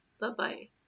Bye-bye